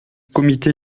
comité